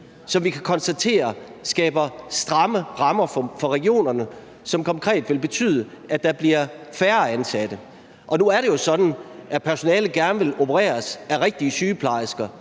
som vi kan konstatere skaber stramme rammer for regionerne, hvilket konkret vil betyde, at der bliver færre ansatte. Og nu er det jo sådan, at patienterne gerne vil behandles af rigtige sygeplejersker